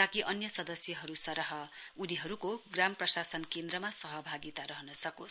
ताकि अन्य सदस्यहरु सरह उनीहरुको ग्राम प्रशासन केन्द्रमा सह भागिता रहन सकोस्